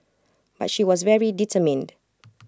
but she was very determined